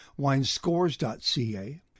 winescores.ca